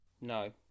No